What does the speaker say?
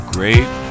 Great